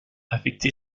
affecter